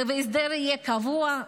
וההסדר יהיה קבוע,